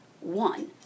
one